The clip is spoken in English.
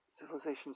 civilizations